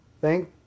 Thank